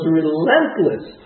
relentless